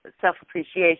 self-appreciation